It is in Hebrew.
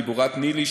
גיבורת ניל"י",